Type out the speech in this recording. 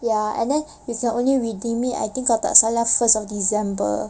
ya and then you can only redeem it I think kalau tak salah first of december